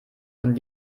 und